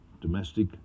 domestic